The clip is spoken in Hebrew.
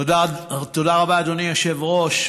תודה רבה, אדוני היושב-ראש.